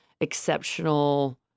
exceptional